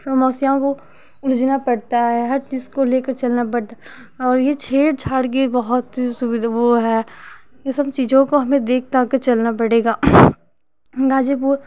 समस्याओं को जूझना पड़ता है हर चीज को लेकर चलना पड़ता है और ये छेड़ छाड़ भी बहुत सुविधा वो है ये सब चीजों को देख दाख कर चलना पड़ेगा गाजीपुर